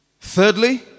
Thirdly